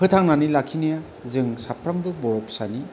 फोथांनानै लाखिनाया जों साफ्रोमबो बर' फिसानि